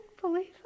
believe